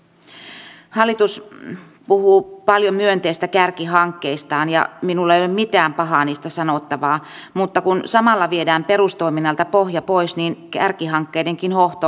hallitus puhuu paljon myönteistä kärkihankkeistaan ja minulla ei ole niistä mitään pahaa sanottavaa mutta kun samalla viedään perustoiminnalta pohja pois niin kärkihankkeidenkin hohto heikkenee